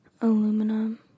aluminum